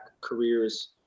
careers